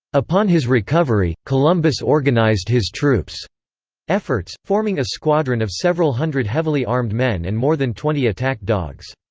upon his recovery, columbus organized his troops' efforts, forming a squadron of several hundred heavily armed men and more than twenty attack dogs.